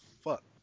fuck